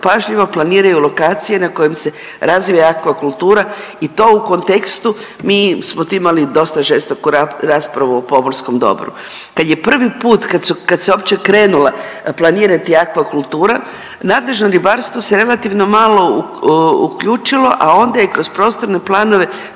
pažljivo planiraju lokacije na kojim se razvija aquakultura i to u kontekstu mi smo tu imali dosta žestoku raspravu o pomorskom dobru. Kad je prvi put, kad se uopće krenula planirati aquakultura nadležno ribarstvo se relativno malo uključilo, a onda je kroz prostorne planove